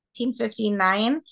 1959